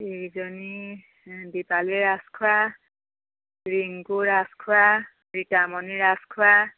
ইকিজনী Dipali Rajkhowa Rinku Rajkhowa Ritamoni Rajkhowa